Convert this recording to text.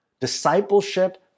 Discipleship